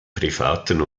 privaten